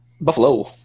Buffalo